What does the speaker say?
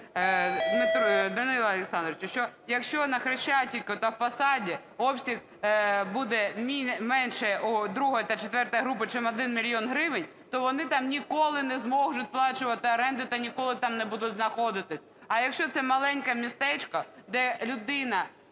Данило Олександрович, що якщо на Хрещатику та у Пасажі обсяг буде менше другої, четвертої групи чим 1 мільйон гривень, то вони там ніколи не зможуть сплачувати оренду та ніколи там не будуть знаходитися. А якщо це маленьке містечко, де людина